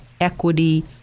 Equity